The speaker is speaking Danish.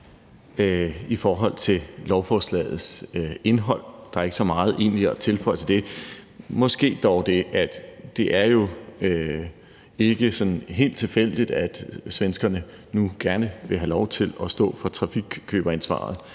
i forhold til lovforslagets indhold. Der er egentlig ikke så meget at tilføje til det – måske dog det, at det jo ikke er sådan helt tilfældigt, at svenskerne nu gerne vil have lov til at stå for trafikkøberansvaret.